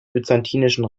byzantinischen